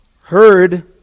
heard